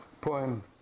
poem